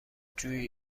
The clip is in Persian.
جویی